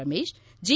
Ramesh G